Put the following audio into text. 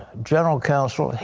general counsel.